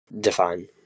Define